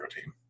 team